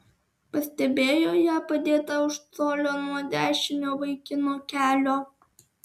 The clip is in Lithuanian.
pastebėjo ją padėtą už colio nuo dešinio vaikino kelio